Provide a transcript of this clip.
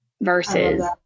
Versus